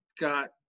got